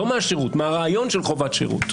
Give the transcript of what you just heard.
לא מהשירות, מהרעיון של חובת שירות.